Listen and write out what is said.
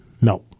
No